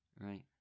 right